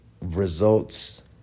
Results